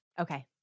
Okay